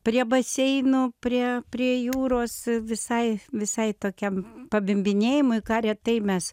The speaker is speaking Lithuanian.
prie baseinų prie prie jūros visai visai tokiam pabimbinėjimui ką retai mes